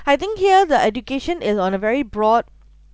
I think here the education is on a very broad